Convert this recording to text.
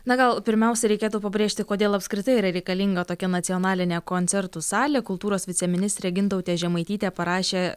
na gal pirmiausia reikėtų pabrėžti kodėl apskritai yra reikalinga tokia nacionalinė koncertų salė kultūros viceministrė gintautė žemaitytė parašė